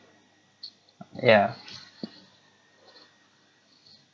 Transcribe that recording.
yeah